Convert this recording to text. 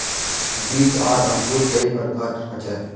बीज आर अंकूर कई प्रकार होचे?